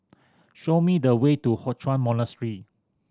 show me the way to Hock Chuan Monastery